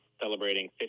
celebrating